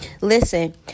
Listen